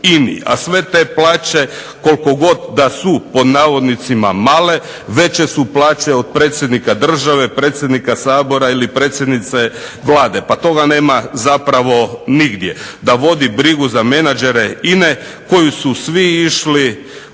a sve te plaće koliko god da su "male" veće su od predsjednika države, predsjednika Sabora, ili predsjednice Vlade, pa toga nema zapravo nigdje. DA vodi brigu za menagere INA-e koji su svi išli